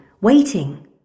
waiting